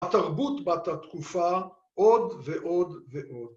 התרבות בתת תקופה עוד ועוד ועוד.